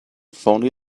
phoney